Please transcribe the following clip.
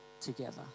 together